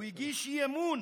הוא הגיש אי-אמון